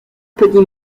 petit